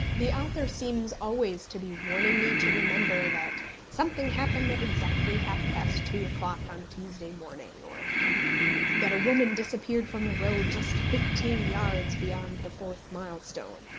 the author seems always to be warning me to remember that something happened at exactly half-past two o'clock on tuesday morning or that a woman disappeared from the road just fifteen yards beyond the fourth mile-stone.